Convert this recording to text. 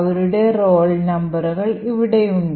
അവരുടെ റോൾ നമ്പറുകൾ ഇവിടെയുണ്ട്